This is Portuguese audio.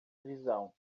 visão